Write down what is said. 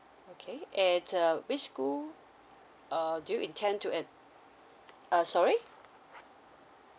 okay at uh which school uh do you intend to at uh sorry